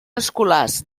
escolars